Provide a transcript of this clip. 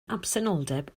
absenoldeb